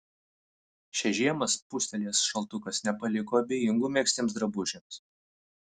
šią žiemą spustelėjęs šaltukas nepaliko abejingų megztiems drabužiams